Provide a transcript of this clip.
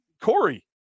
Corey